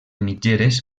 mitgeres